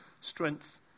strength